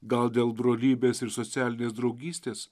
gal dėl brolybės ir socialinės draugystės